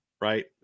right